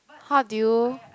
how do you